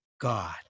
God